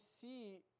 see